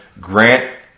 grant